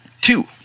Two